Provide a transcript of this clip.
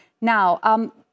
Now